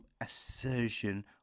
assertion